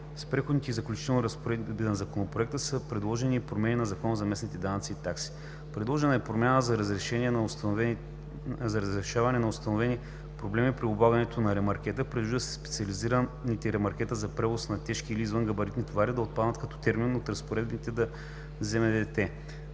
С Преходните и заключителни разпоредби на Законопроекта са предложени и промени Закона за местните данъци и такси. Предложена е промяна за разрешаване на установени проблеми при облагането на ремаркета. Предвижда се специализираните ремаркета за превоз на тежки или извънгабаритни товари да отпадат като термин от разпоредбите ЗМДТ, тъй